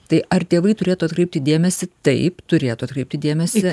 tai ar tėvai turėtų atkreipti dėmesį taip turėtų atkreipti dėmesį